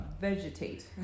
vegetate